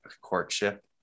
courtship